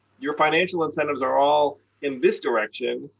your financial incentives are all in this direction.